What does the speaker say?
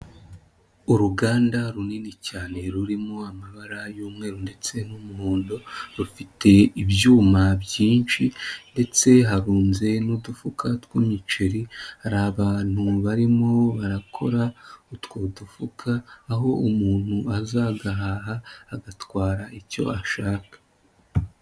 Uruganda runini cyane rurimo amabara y'umweru ndetse n'umuhondo, rufite ibyuma byinshi ndetse harunze n'udufuka tw'imiceri, hari abantu barimo barakora utwo dufuka aho umuntu azagahaha agatwara icyo ashaka.